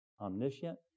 omniscient